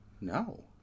No